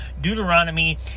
Deuteronomy